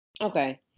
okay